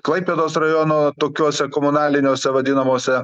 klaipėdos rajono tokiuose komunaliniuose vadinamuose